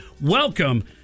Welcome